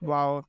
Wow